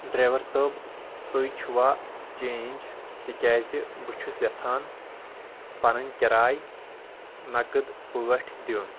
driver صٲب تُہۍ چھُوا چینج تِکیٛازِ بہٕ چھُس یژھان پنٕنۍ کراے نقٕد پٲٹھۍ دِیُن